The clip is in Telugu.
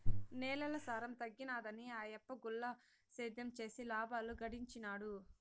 నేలల సారం తగ్గినాదని ఆయప్ప గుల్ల సేద్యం చేసి లాబాలు గడించినాడు